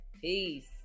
peace